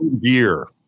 gear